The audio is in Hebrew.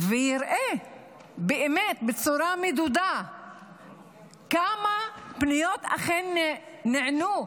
ויראה באמת בצורה מדודה כמה פניות אכן נענו.